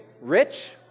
rich